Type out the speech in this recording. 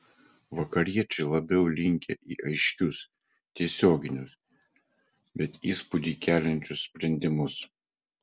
vakariečiai labiau linkę į aiškius tiesioginius bet įspūdį keliančius sprendimus